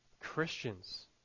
Christians